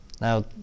Now